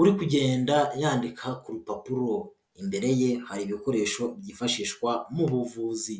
uri kugenda yandika ku rupapuro, imbere ye hari ibikoresho byifashishwa mu buvuzi.